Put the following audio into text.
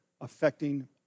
affecting